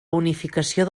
unificació